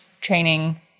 training